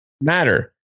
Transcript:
Matter